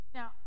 Now